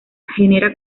genera